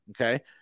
Okay